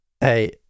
Hey